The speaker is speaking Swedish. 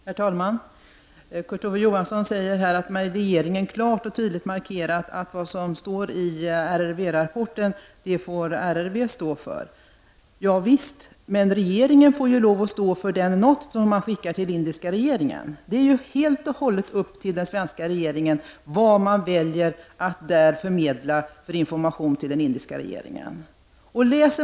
Herr talman! Kurt Ove Johansson säger att regeringen klart och tydligt har markerat att RRV står för innehållet i RRV-rapporten. Ja visst, men regeringen får lov att stå för den note som man skickar till den indiska rege ringen. Det är helt och hållet den svenska regeringens sak att välja vilken information den skall förmedla till den indiska regeringen.